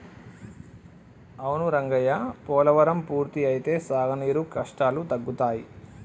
అవును రంగయ్య పోలవరం పూర్తి అయితే సాగునీరు కష్టాలు తగ్గుతాయి